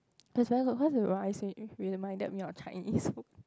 that's why all the rice it reminded me of Chinese food